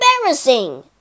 embarrassing